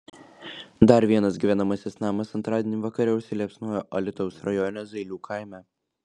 dar vienas gyvenamasis namas antradienį vakare užsiliepsnojo alytaus rajone zailių kaime